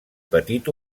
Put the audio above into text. petit